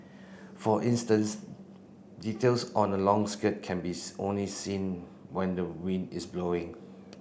for instance details on a long skirt can be only seen when the wind is blowing